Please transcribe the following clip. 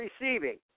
receiving